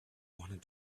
wanted